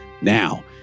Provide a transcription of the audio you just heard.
Now